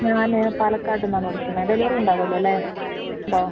ഞാന് പാലക്കാട് നിന്നാണ് വിളിക്കുന്നത് ഡെലിവറി ഉണ്ടാകുമല്ലോ അല്ലേ ഉണ്ടോ